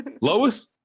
Lois